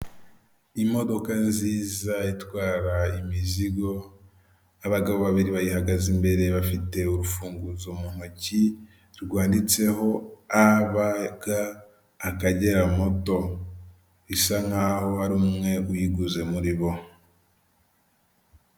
Imodoka nziza itwara imizigo, abagabo babiri bayihagaze imbere bafite urufunguzo mu ntoki rwanditseho ABG Akagera moto, bisa nk'aho hari umwe uyiguze muri bo.